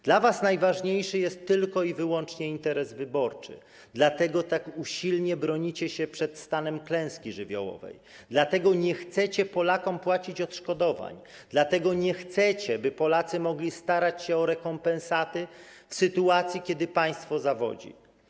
Dla was najważniejszy jest tylko i wyłącznie interes wyborczy, dlatego tak usilnie bronicie się przed stanem klęski żywiołowej, dlatego nie chcecie Polakom płacić odszkodowań, dlatego nie chcecie, by Polacy mogli starać się o rekompensaty w sytuacji, kiedy państwo zawodzi.